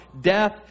death